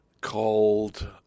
called